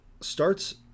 starts